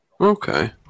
Okay